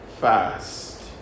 fast